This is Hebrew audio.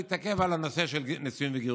להתעכב על הנושא של נישואים וגירושים.